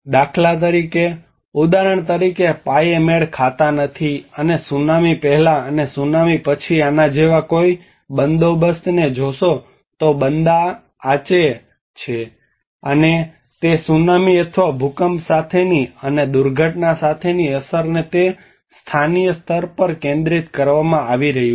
દાખલા તરીકે ઉદાહરણ તરીકે પાયે મેળ ખાતા નથી અને સુનામી પહેલાં અને સુનામી પછી આના જેવા કોઈ બંદોબસ્તને જોશો તો બંદા આચે છે અને તે સુનામી અથવા ભૂકંપ સાથેની અને દુર્ઘટના સાથેની અસરને તે સ્થાનીય સ્તર પર કેન્દ્રિત કરવામાં આવી રહ્યું છે